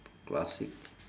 classic